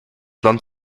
land